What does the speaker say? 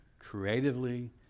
creatively